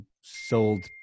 sold